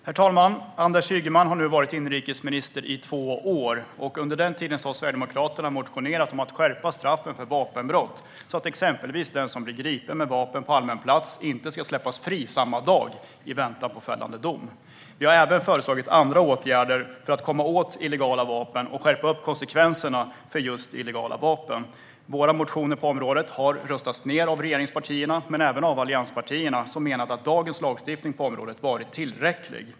Herr talman! Anders Ygeman har nu varit inrikesminister i två år, och under den tiden har Sverigedemokraterna motionerat om att skärpa straffen för vapenbrott så att exempelvis den som blir gripen med vapen på allmän plats inte ska släppas fri samma dag, i väntan på fällande dom. Vi har även föreslagit andra åtgärder för att komma åt illegala vapen och skärpa konsekvenserna i det sammanhanget. Våra motioner på området har röstats ned av regeringspartierna men även av allianspartierna, som menat att dagens lagstiftning på området är tillräcklig.